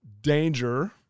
Danger